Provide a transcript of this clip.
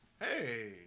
hey